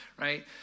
right